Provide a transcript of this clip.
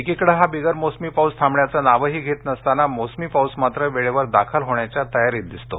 एकीकडे हा बिगर मोसमी पाऊस थांबण्याचं नावही घेत नसताना मोसमी पाऊस मात्र वेळेवर दाखल होण्याच्या तयारीत दिसतो